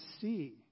see